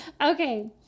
Okay